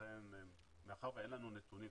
ולכן מאחר ואין לנו נתונים,